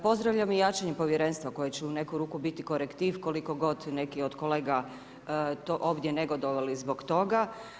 Pozdravljam i jačanje povjerenstva koje će u neku ruku biti korektiv, koliko god neki od kolega to ovdje negodovali zbog toga.